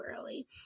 early